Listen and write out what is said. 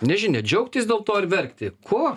nežinia džiaugtis dėl to ar verkti ko